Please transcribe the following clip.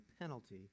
penalty